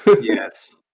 Yes